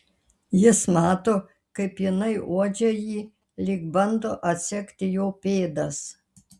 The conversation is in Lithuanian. jis mato kaip jinai uodžia jį lyg bando atsekti jo pėdas